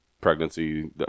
pregnancy